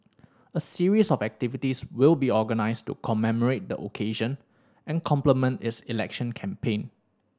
a series of activities will be organised to commemorate the occasion and complement its election campaign